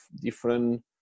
different